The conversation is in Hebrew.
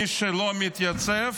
מי שלא מתייצב,